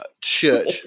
Church